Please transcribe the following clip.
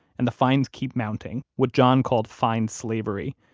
and the fines keep mounting, what john called, fine slavery.